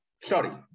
Sorry